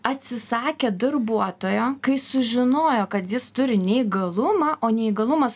atsisakė darbuotojo kai sužinojo kad jis turi neįgalumą o neįgalumas